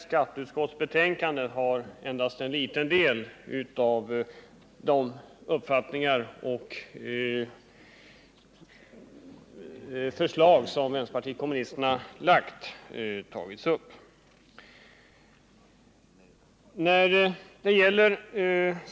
Skatteutskottets betänkande nr 61 behandlar bara en liten del av de förslagen på bostadspolitikens område.